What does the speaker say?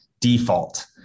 default